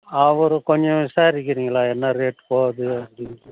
அவர கொஞ்ச விசாரிக்கிறிங்களா என்ன ரேட் போகுது அப்படின்ட்டு